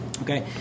Okay